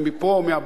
מהבית הזה,